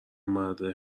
مرد